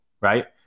right